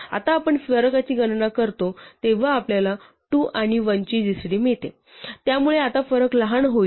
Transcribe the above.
आता आपण फरकाची गणना करतो तेव्हा आपल्याला 2 आणि 1 ची gcd मिळते त्यामुळे आता फरक लहान होईल